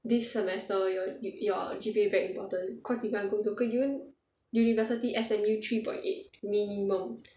this semester your you your G_P_A very important cause if you want to go local U university S_M_U three point eight minimum